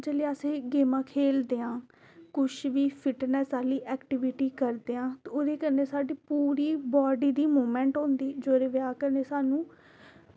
जेल्लै अस एह् गेमां खेल्लदे आं कुछ बी फिटनेस आह्ली एक्टीविटी करदे ते ओह्दे कन्नै साढ़ी पूरी बॉडी दी मूवमेंट होंदी ते जेह्दी बजह कन्नै सानूं